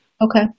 Okay